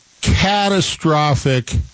catastrophic